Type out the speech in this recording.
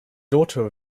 daughter